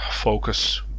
focus